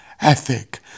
ethic